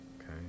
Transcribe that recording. Okay